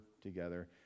together